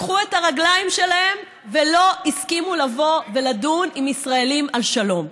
לקחו את הרגליים שלהם ולא הסכימו לדון עם ישראלים על שלום.